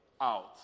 out